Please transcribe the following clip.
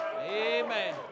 Amen